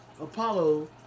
Apollo